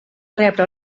rebre